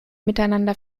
miteinander